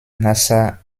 nasser